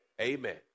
Amen